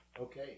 Okay